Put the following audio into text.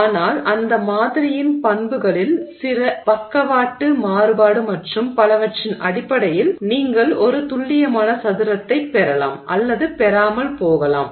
ஆனால் அந்த மாதிரியின் பண்புகளில் சில பக்கவாட்டு மாறுபாடு மற்றும் பலவற்றின் அடிப்படையில் நீங்கள் ஒரு துல்லியமான சதுரத்தைப் பெறலாம் அல்லது பெறாமல் போகலாம்